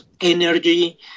energy